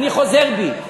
אני חוזר בי.